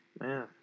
man